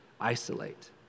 isolate